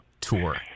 tour